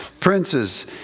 princes